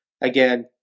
Again